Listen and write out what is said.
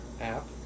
app